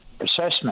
assessment